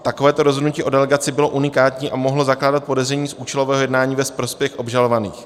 Takové rozhodnutí o delegaci bylo unikátní a mohlo zakládat podezření z účelového jednání ve prospěch obžalovaných.